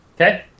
Okay